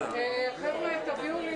הישיבה